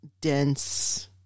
dense